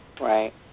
Right